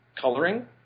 coloring